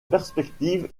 perspective